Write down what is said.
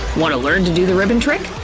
wanna learn to do the ribbon trick?